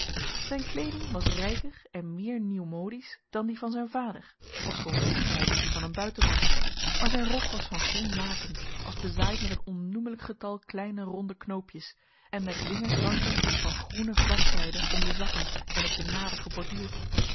zijn kleeding was rijker en meer nieuwmodisch dan die van zijn vader ofschoon insgelijks die van een buitenman maar zijn rok was van groen laken als bezaaid met een onnoemelijk getal kleine ronde knoopjes en met wingerd ranken van groene vlaszijde om de zakken en op de